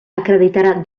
acreditarà